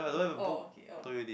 oh okay oh